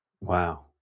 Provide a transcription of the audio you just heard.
Wow